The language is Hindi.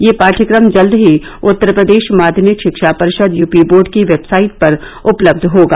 यह पाठ्यक्रम जल्द ही उत्तर प्रदेश माध्यमिक शिक्षा परिषद यूपी बोर्ड की वेबसाइट पर उपलब्ध होगा